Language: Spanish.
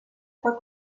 fue